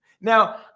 Now